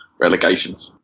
relegations